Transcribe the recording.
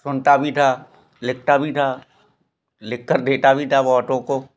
सुनता भी था लिखता भी था लिख कर देता भी था बहुतों को